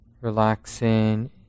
Relaxing